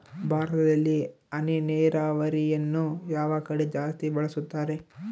ಭಾರತದಲ್ಲಿ ಹನಿ ನೇರಾವರಿಯನ್ನು ಯಾವ ಕಡೆ ಜಾಸ್ತಿ ಬಳಸುತ್ತಾರೆ?